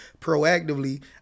proactively